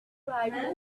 had